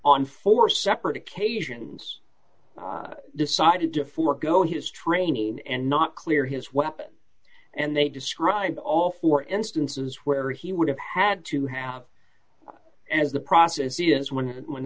on four separate occasions decided to forgo his training and not clear his weapon and they describe all four instances where he would have had to have as the process is when